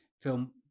film